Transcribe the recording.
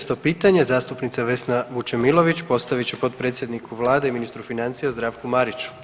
Šesto pitanje zastupnica Vesna Vučemilović postavit će potpredsjedniku Vlade i ministru financija Zdravku Mariću.